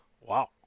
wow